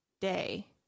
day